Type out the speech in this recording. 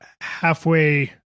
halfway